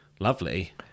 lovely